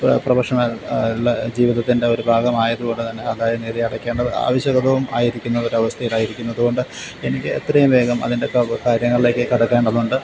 professional ഉള്ള ജീവിതത്തിൻ്റെ ഒര് ഭാഗമായത് കൊണ്ട്തന്നെ ആദായ നികുതി അടക്കേണ്ടത് ആവിശ്യകതവും ആയിരിക്കുന്ന ഒരു അവസ്ഥയിൽ ആയിരിക്കുന്നത് കൊണ്ട് എനിക്ക് എത്രയും വേഗം അതിൻ്റെ കാര്യങ്ങളിലേക്ക് കടക്കാനുള്ളത് കൊണ്ട്